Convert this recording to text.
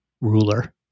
ruler